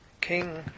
king